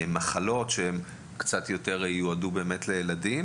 מחלות שמיועדות יותר לילדים,